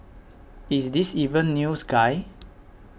is this even news guy